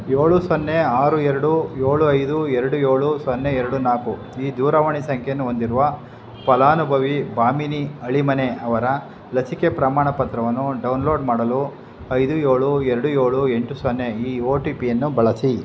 ಏಳು ಸೊನ್ನೆ ಆರು ಎರಡು ಏಳು ಐದು ಎರಡು ಏಳು ಸೊನ್ನೆ ಎರಡು ನಾಲ್ಕು ಈ ದೂರವಾಣಿ ಸಂಖ್ಯೆಯನ್ನು ಹೊಂದಿರುವ ಫಲಾನುಭವಿ ಭಾಮಿನಿ ಹಳಿ ಮನೆ ಅವರ ಲಸಿಕೆ ಪ್ರಮಾಣಪತ್ರವನ್ನು ಡೌನ್ಲೋಡ್ ಮಾಡಲು ಐದು ಏಳು ಎರಡು ಏಳು ಎಂಟು ಸೊನ್ನೆ ಈ ಓ ಟಿ ಪಿಯನ್ನು ಬಳಸಿ